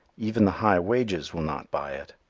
even the high wages will not buy it.